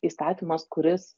įstatymas kuris